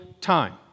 time